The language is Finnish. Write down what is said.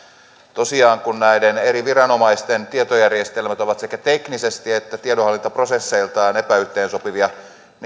tosiaan kun näiden eri viranomaisten tietojärjestelmät ovat sekä teknisesti että tiedonhallintaprosesseiltaan epäyhteensopivia